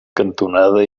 cantonada